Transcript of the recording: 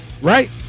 right